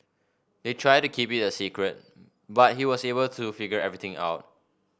they tried to keep it a secret but he was able to figure everything out